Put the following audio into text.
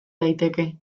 daiteke